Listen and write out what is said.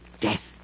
death